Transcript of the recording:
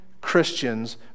Christians